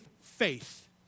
faith